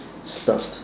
stops